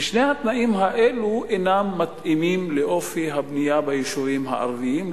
ושני התנאים האלה אינם מתאימים לאופי הבנייה ביישובים הערביים.